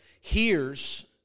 hears